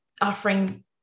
offering